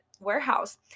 warehouse